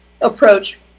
approach